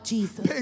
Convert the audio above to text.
Jesus